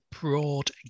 broad